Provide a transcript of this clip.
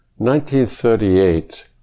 1938